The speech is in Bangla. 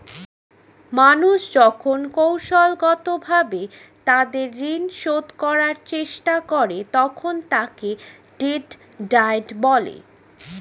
মানুষ যখন কৌশলগতভাবে তাদের ঋণ শোধ করার চেষ্টা করে, তখন তাকে ডেট ডায়েট বলে